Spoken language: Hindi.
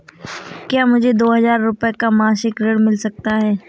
क्या मुझे दो हजार रूपए का मासिक ऋण मिल सकता है?